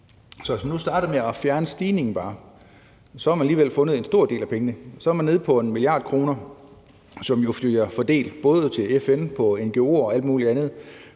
Så hvis man nu startede med bare at fjerne stigningen, havde man alligevel fundet en stor del af pengene. Så var man nede på 1 mia. kr., som jo bliver fordelt til både FN, ngo'er og alt muligt andet.